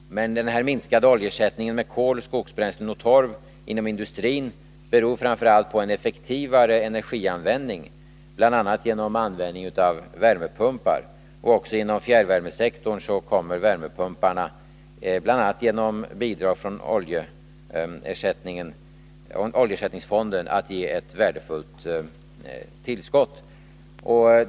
Men den här minskade oljeersättningen med kol, skogsbränslen och torv inom industrin beror framför allt på en effektivare energianvändning, bl.a. genom användning av värmepumpar. Också inom fjärrvärmesektorn kommer värmepumparna att, bl.a. genom bidrag från oljeersättningsfonden, ge ett värdefullt tillskott.